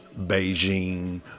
Beijing